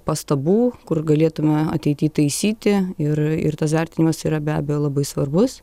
pastabų kur galėtume ateity taisyti ir ir tas vertinimas yra be abejo labai svarbus